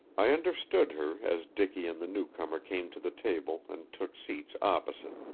i understood her as dicky and the new-comer came to the table and took seats opposite.